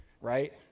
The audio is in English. Right